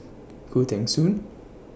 Khoo Teng Soon